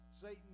Satan